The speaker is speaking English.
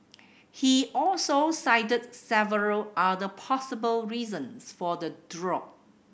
he also cited several other possible reasons for the drop